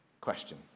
question